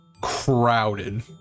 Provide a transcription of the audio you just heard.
crowded